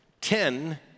Ten